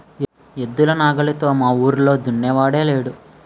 ఎద్దులు నాగలితో మావూరిలో దున్నినోడే లేడు